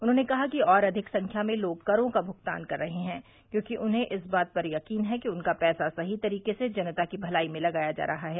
उन्होंने कहा कि और अधिक संख्या में लोग करों का भुगतान कर रहे हैं क्योंकि उन्हें इस बात पर यकीन है कि उनका पैसा सही तरीके से जनता की भलाई में लगाया जा रहा है